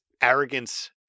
arrogance